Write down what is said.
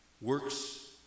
works